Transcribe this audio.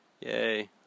Yay